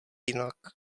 jinak